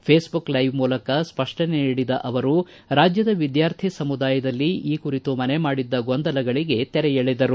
Facebook live ಮೂಲಕ ಸ್ಪಷ್ಟನೆ ನೀಡಿದ ಅವರು ರಾಜ್ಯದ ವಿದ್ಯಾರ್ಥಿ ಸಮುದಾಯದಲ್ಲಿ ಈ ಕುರಿತು ಮನೆ ಮಾಡಿದ್ದ ಗೊಂದಲಗಳಗೆ ತೆರೆಯೆಳೆದರು